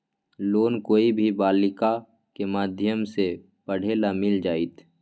Loan कोई भी बालिका के माध्यम से पढे ला मिल जायत?